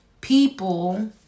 people